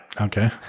Okay